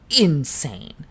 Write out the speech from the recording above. insane